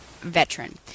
veteran